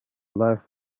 life